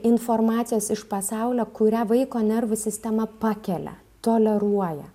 informacijos iš pasaulio kurią vaiko nervų sistema pakelia toleruoja